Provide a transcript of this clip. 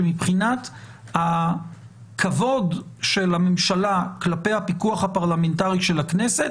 ומבחינת הכבוד של הממשלה כלפי הפיקוח הפרלמנטרי של הכנסת,